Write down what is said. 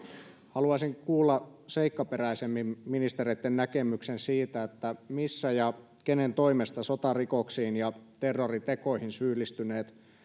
haluaisin kuulla seikkaperäisemmin ministereitten näkemyksen siitä missä ja kenen toimesta sotarikoksiin ja terroritekoihin syyllistyneet